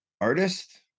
Artist